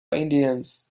indians